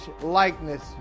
likeness